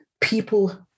People